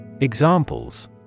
Examples